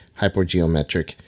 hypergeometric